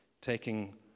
taking